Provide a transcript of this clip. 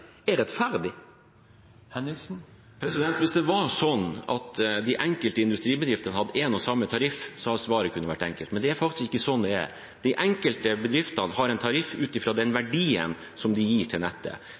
er rettferdig? Hvis det var sånn at de enkelte industribedriftene hadde én og samme tariff, kunne svaret vært enkelt. Men det er faktisk ikke sånn det er. De enkelte bedriftene har en tariff ut fra den verdien som de gir til nettet,